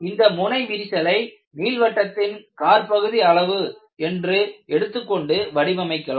இந்த முனை விரிசலைநீள்வட்டத்தின் காற்பகுதி அளவு என்று எடுத்துக் கொண்டு வடிவமைக்கலாம்